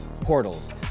portals